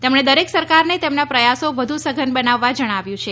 તેમણે દરેક સરકારને તેમના પ્રથાસો વધુ સઘન બનાવવા જણાવ્યું છે